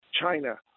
China